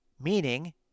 meaning